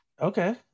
okay